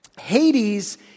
Hades